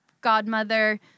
godmother—